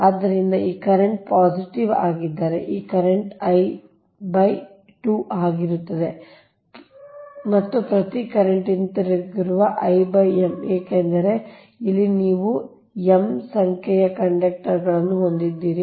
ಆದ್ದರಿಂದ ಈ current positive ಆಗಿದ್ದರೆ ಈ ಕರೆಂಟ್ I II ಆಗಿರುತ್ತದೆ I ಮತ್ತು ಪ್ರತಿ ಕರೆಂಟ್ ಹಿಂತಿರುಗುವ I m ಏಕೆಂದರೆ ಇಲ್ಲಿ ನೀವು m ಸಂಖ್ಯೆಯ ಕಂಡಕ್ಟರ್ ಗಳನ್ನು ಹೊಂದಿದ್ದೀರಿ